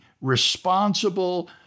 responsible